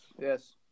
yes